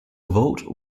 vault